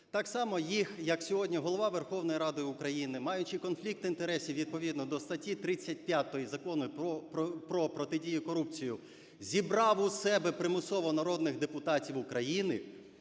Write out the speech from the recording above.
так само їх, як сьогодні, Голова Верховної Ради України, маючи конфлікт інтересів відповідно до статті 35 Закону "Про протидію корупції", зібрав у себе примусово народних депутатів України